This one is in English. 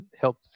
help